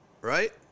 right